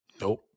Nope